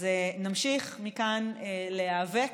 אז נמשיך מכאן להיאבק,